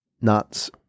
nuts